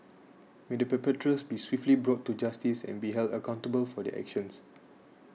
may the perpetrators be swiftly brought to justice and be held accountable for their actions